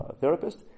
therapist